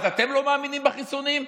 אז אתם לא מאמינים בחיסונים?